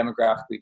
demographically